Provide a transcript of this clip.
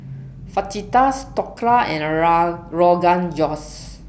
Fajitas Dhokla and Rogan Josh